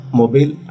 mobile